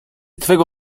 twego